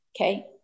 okay